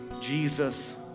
Jesus